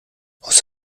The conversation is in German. aus